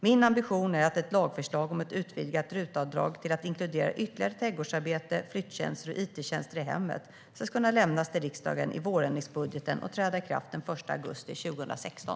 Min ambition är att ett lagförslag om en utvidgning av RUT-avdraget till att inkludera ytterligare trädgårdsarbete, flyttjänster och it-tjänster i hemmet ska kunna lämnas till riksdagen i vårändringsbudgeten och träda i kraft den 1 augusti 2016.